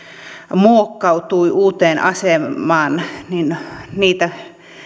muokkautui uuteen asemaan niitä